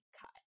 cut